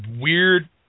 weird